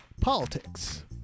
politics